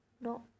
No